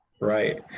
Right